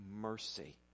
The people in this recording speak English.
mercy